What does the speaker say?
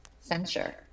censure